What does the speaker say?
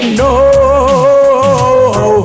no